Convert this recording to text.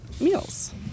meals